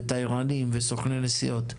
תיירים וסוכני נסיעות.